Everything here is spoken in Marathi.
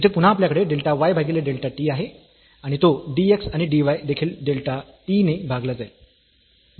येथे पुन्हा आपल्याकडे डेल्टा y भागीले डेल्टा t आहे आणि तो dx आणि dy देखील डेल्टा t ने भागला जाईल